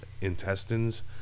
intestines